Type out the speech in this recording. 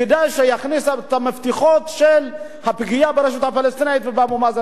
כדאי שיכניס את המפתחות של הפגיעה ברשות הפלסטינית ובאבו מאזן,